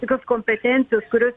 tokios kompetencijos kurios